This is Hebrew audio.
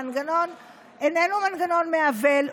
המנגנון אינו מנגנון מעוול,